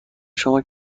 شما